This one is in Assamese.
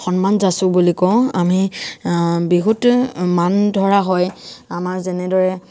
সন্মান যাঁচো বুলি কওঁ আমি বিহুত মান ধৰা হয় আমাৰ যেনেদৰে